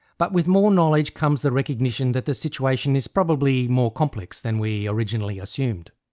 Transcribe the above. but with more knowledge comes the recognition that the situation is probably more complex than we originally assumed.